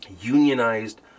unionized